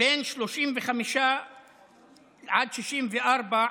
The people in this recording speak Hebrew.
מ-35 עד 64,